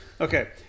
Okay